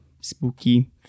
spooky